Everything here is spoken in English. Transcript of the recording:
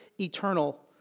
eternal